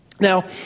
Now